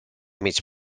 mig